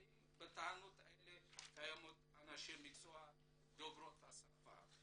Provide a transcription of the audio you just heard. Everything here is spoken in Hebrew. האם בתחנות האלה קיימים אנשי מקצוע דוברי השפה?